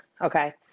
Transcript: okay